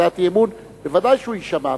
ודאי שהוא יישמע,